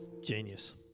Genius